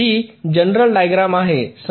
हि general diagram आहे